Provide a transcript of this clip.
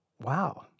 wow